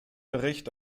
bericht